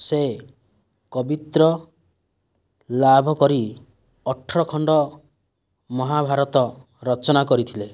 ସେ କବିତ୍ର ଲାଭକରି ଅଠ୍ରର ଖଣ୍ଡ ମହାଭାରତ ରଚନା କରିଥିଲେ